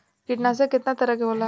कीटनाशक केतना तरह के होला?